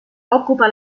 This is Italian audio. occupa